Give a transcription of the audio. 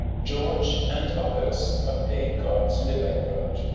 george, and others are playing cards in the background.